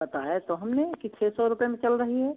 बताए तो हमने कि छः सौ रुपये में चल रही है